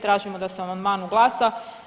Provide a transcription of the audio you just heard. Tražimo da se o amandmanu glasa.